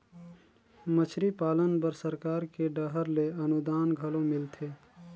मछरी पालन बर सरकार के डहर ले अनुदान घलो मिलथे